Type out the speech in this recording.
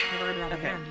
Okay